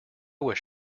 was